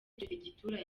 perefegitura